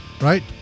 Right